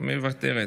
מי דיברת?